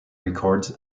records